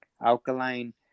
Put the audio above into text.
alkaline